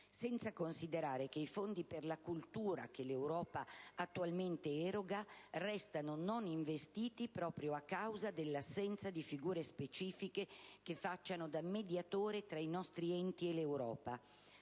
senza considerare che i fondi per la cultura che l'Europa attualmente eroga restano non investiti proprio a causa dell'assenza di figure specifiche che facciano da mediatori tra i nostri enti locali e l'Europa.